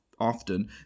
Often